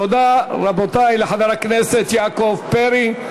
תודה, רבותי, לחבר הכנסת יעקב פרי.